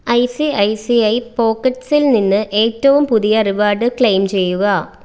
I C I C I പോക്കറ്റ്സിൽ നിന്ന് ഏറ്റവും പുതിയ റിവാർഡ് ക്ലെയിം ചെയ്യുക